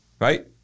right